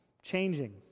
changing